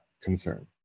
concern